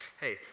Hey